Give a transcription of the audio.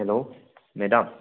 hello madam